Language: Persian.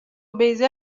بیضه